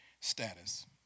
status